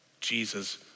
Jesus